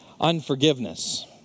Unforgiveness